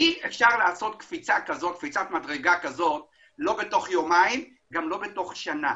אי אפשר לעשות קפיצת מדרגה כזו לא בתוך יומיים וגם לא בתוך שנה.